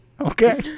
Okay